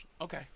Okay